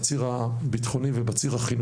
ועל האפשרות להחזיר בציר הביטחוני ובציר החינוכי.